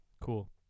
Cool